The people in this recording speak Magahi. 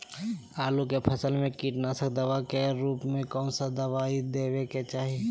आलू के फसल में कीटनाशक दवा के रूप में कौन दवाई देवे के चाहि?